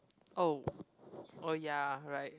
oh oh ya right